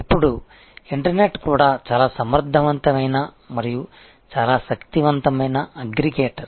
ఇప్పుడు ఇంటర్నెట్ కూడా చాలా సమర్థవంతమైన మరియు చాలా శక్తివంతమైన అగ్రిగేటర్